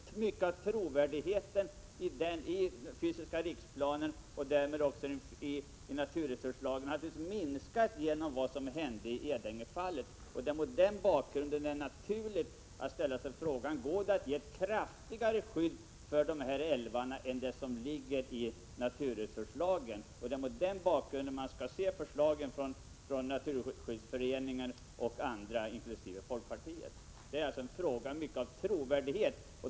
Mycket av trovärdigheten i fråga om den fysiska riksplanen och därmed också naturresurslagen har naturligtvis minskat efter vad som hände i Edängefallet. Det är då naturligt att ställa frågan: Går det att införa ett kraftigare skydd för dessa älvar än det som ligger i naturresurslagen? Det är mot den bakgrunden förslagen från Naturskyddsföreningen och andra, inkl. folkpartiet, skall ses. Det är alltså mycket en fråga om trovärdighet.